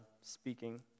speaking